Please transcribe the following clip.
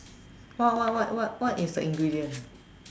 what what what what what is the ingredients